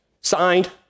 Signed